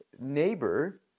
neighbor